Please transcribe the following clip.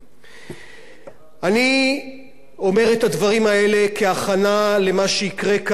אני אומר את הדברים האלה כהכנה למה שיקרה כאן אחרי הבחירות,